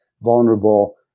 vulnerable